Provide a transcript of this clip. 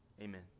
amen